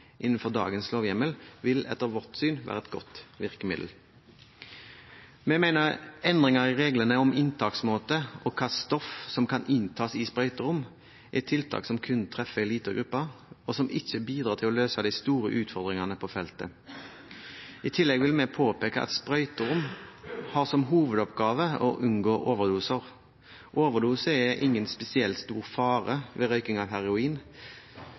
innenfor dagens lovhjemmel vil etter vårt syn være et godt virkemiddel. Vi mener endringer i reglene om inntaksmåte og hvilke stoff som kan inntas i sprøyterom, er tiltak som kun treffer en liten gruppe, og som ikke bidrar til å løse de store utfordringene på feltet. I tillegg vil vi påpeke at sprøyterom har som hovedoppgave å unngå overdoser. Overdose er det ingen spesiell stor fare for ved røyking av